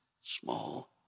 small